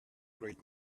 great